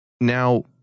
now